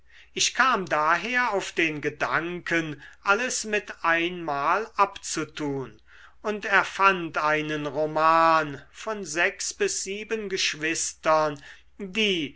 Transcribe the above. ich kam daher auf den gedanken alles mit einmal abzutun und erfand einen roman von sechs bis sieben geschwistern die